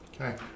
Okay